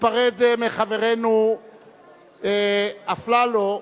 ניפרד מחברנו אלי אפללו,